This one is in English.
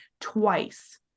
twice